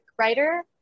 writer